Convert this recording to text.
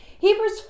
Hebrews